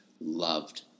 loved